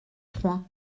trois